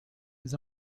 his